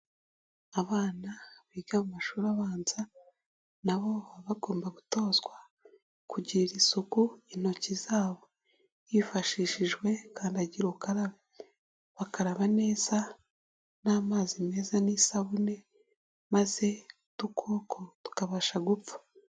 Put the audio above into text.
Abana biga mu mashuri abanza na bo baba bagomba gutozwa kugirira isuku intoki zabo hifashishijwe kandagira ukarabe, bakaraba neza n'amazi meza n'isabune maze udukoko tukabasha gupfa.